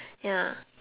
ya